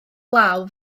law